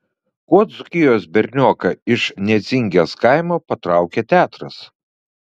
kuo dzūkijos bernioką iš nedzingės kaimo patraukė teatras